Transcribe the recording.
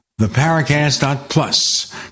theparacast.plus